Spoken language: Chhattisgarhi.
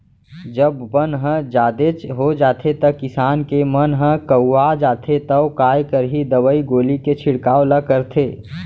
जब बन ह जादेच हो जाथे त किसान के मन ह कउवा जाथे तौ काय करही दवई गोली के छिड़काव ल करथे